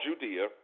Judea